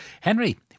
Henry